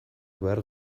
behar